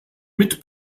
mit